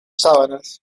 sábanas